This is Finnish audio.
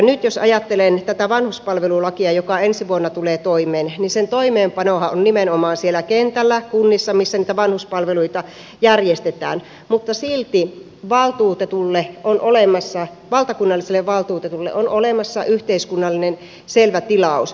nyt jos ajattelen tätä vanhuspalvelulakia joka ensi vuonna tulee voimaan sen toimeenpanohan on nimenomaan siellä kentällä kunnissa missä niitä vanhuspalveluita järjestetään mutta silti valtakunnalliselle valtuutetulle on olemassa yhteiskunnallinen selvä tilaus